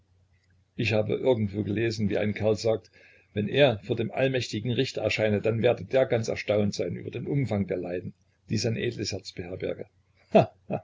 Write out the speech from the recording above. ich habe irgendwo gelesen wie ein kerl sagt wenn er vor dem allmächtigen richter erscheine dann werde der ganz erstaunt sein über den umfang der leiden die sein edles herz beherberge